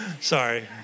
Sorry